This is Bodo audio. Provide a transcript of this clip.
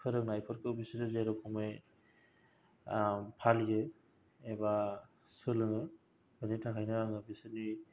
फोरोंनायफोरखौ बिसोरो जे रख'मै फालियो एबा सोलोङो बेनि थाखायनो आङो बिसोरनि